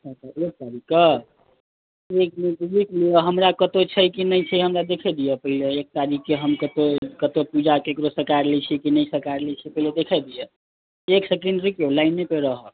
अच्छा एक तारीखके एकमिनट रुकि जाउ हमरा कत्तौ छै कि नहि देखय दिय एक तारिखके हम केकरो कत्तौ पूजा केकरो स्वीकारने छियै नहि स्वीकारने छियै पहिले देखय दिय एक सेकेन्ड रुकि जाउ लाइने पर रहबै